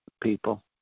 people